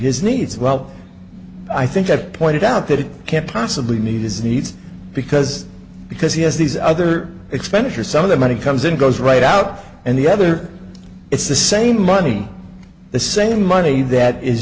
his needs well i think that pointed out the it can't possibly need his needs because because he has these other expenditures some of the money comes and goes right out and the other it's the same money the same money that is